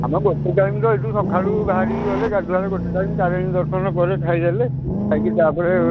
ଆମର ଗୋଟେ ଟାଇମ୍ ତ ଏଇଠୁ ସଖାଳୁ ବାହାରିକି ଗଲେ ଗାଧୁଆବେଳେ ଗୋଟେ ଟାଇମ୍ ତାରିଣୀ ଦର୍ଶନ ପରେ ଖାଇଦେଲେ ଖାଇକି ତା'ପରେ